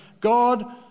God